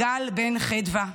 גל בן חדווה,